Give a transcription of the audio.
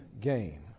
Game